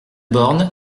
borne